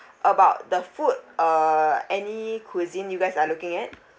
about the food uh any cuisine you guys are looking at